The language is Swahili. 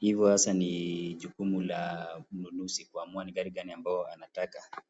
Hivyo sasa ni jukumu la mnunuzi kuamua ni gari Gani ambao anataka.